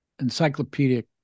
encyclopedic